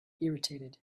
irritated